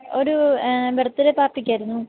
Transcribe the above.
ഒരു birthday പാർട്ടിക്കായിരുന്നു